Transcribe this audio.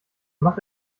macht